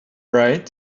right